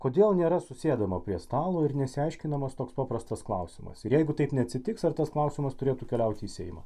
kodėl nėra susėdama prie stalo ir nesiaiškinamas toks paprastas klausimas ir jeigu taip neatsitiks ar tas klausimas turėtų keliauti į seimą